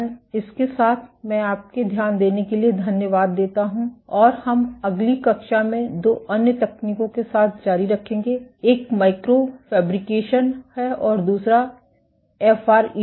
इसके साथ मैं आपके ध्यान के लिए धन्यवाद देता हूं और हम अगली कक्षा में दो अन्य तकनीकों के साथ जारी रखेंगे एक माइक्रो फैब्रिकेशन है और दूसरा एफ आर ई टी है